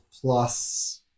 plus